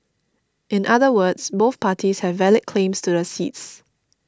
in other words both parties have valid claims to the seats